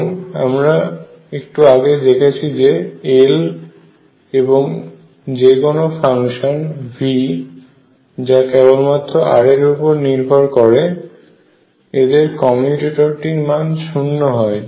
এবং আমরা একটু আগে দেখেছি যে L এবং যে কোনো ফাংশন V যা কেবল মাত্র r এর উপর নির্ভর করে এদের কমিউটেটরটির মান শূন্য হয়